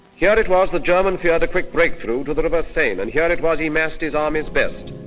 here it was the german feared a quick breakthrough to the river seine and here it was he massed his army's best.